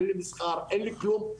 אין לי מסחר ואין לי כלום,